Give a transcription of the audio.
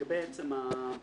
לגבי עצם ההקמה.